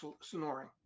snoring